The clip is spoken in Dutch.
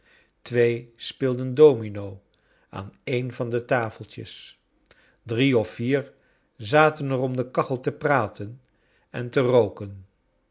twee speelden domino aan een van de tafeltjes drie of vier zaten er om de kachel te praten en te rooken